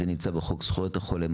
של מה שמגיע לו בחוק זכויות החולה.